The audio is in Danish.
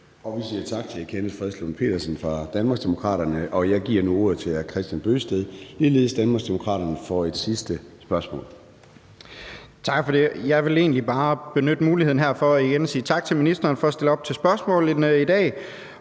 Vi siger tak til hr. Kenneth Fredslund Petersen fra Danmarksdemokraterne, og jeg giver nu ordet til hr. Kristian Bøgsted, ligeledes Danmarksdemokraterne, for et sidste spørgsmål. Kl. 14:16 Kristian Bøgsted (DD): Tak for det. Jeg vil egentlig bare benytte muligheden her for igen at sige tak til ministeren for at stille op til spørgsmålene i dag.